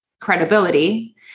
credibility